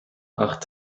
acht